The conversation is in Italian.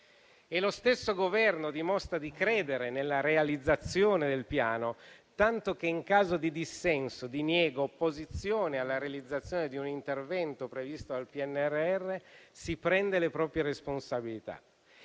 Lo stesso Governo dimostra di credere nella realizzazione del Piano, tanto che in caso di dissenso, diniego e opposizione alla realizzazione di un intervento previsto dal PNRR, si prende le proprie responsabilità.